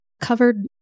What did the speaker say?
covered